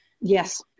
Yes